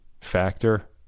factor